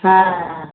हँ